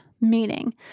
meaning